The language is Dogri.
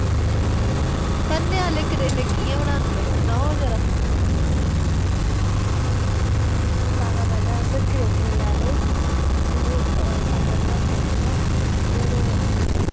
भरने आह्ले करेले कि'यां बनांदे सनाओ आं जरा सारें कोला पैह्लें असें करेले लैने उ'नेंगी सैंटर चा कट्टना और